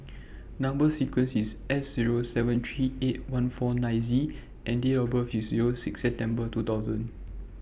Number sequence IS S Zero seven three eight one four nine Z and Date of birth IS Zero six September two thousand